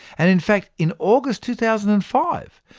and in fact, in august two thousand and five,